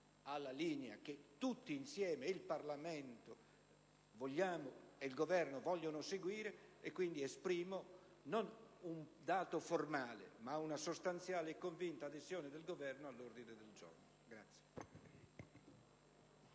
alla linea che tutti insieme, Parlamento e Governo, vogliamo seguire e quindi esprimo non un dato formale, ma una sostanziale e convinta adesione del Governo all'ordine del giorno